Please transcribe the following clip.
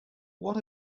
what